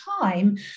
time